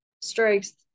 strikes